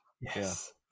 Yes